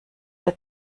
der